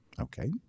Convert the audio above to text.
Okay